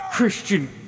Christian